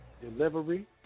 delivery